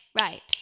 right